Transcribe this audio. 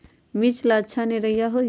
मिर्च ला अच्छा निरैया होई?